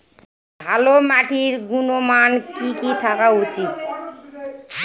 ভালো মাটির গুণমান কি কি থাকা উচিৎ?